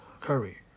Curry